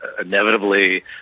inevitably